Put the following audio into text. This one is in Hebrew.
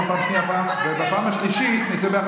אותי ותחזירי לי מינוי.